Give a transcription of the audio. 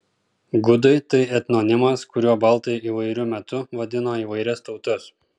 gudai tai etnonimas kuriuo baltai įvairiu metu vadino įvairias tautas